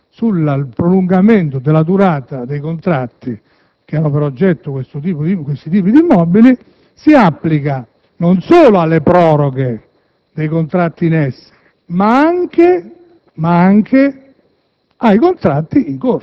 giacché la norma sul prolungamento della durata dei contratti che hanno per oggetto questo tipo di immobili si applica non solo alle proroghe dei contratti in essere, ma anche